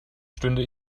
stünde